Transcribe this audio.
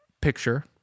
picture